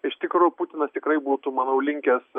iš tikrųjų putinas tikrai būtų manau linkęs